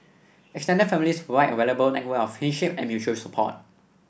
extended families provide a valuable network of kinship and mutual support